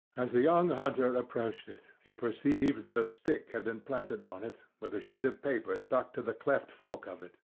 as the young hunter approached it, he perceived that a stick had been planted on it, with a sheet of paper stuck in the cleft fork of it.